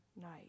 night